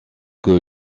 que